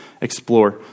explore